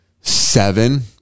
seven